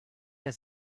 der